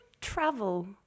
travel